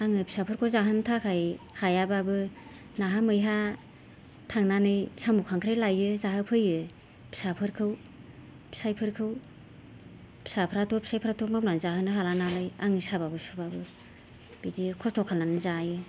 आङो फिसाफोरखौ जाहोनो थाखाय हायाबाबो नाहा मैहा थांनानै साम' खांख्राय लाबोयो जाहोफैयो फिसाफोरखौ फिसाइफोरखौ फिसाफोराथ' फिसाइफोराथ' मावनानै जाहोनो हाला नालाय आं साबाबो सुबाबो बिदि खस्थ' खालामनानै जायो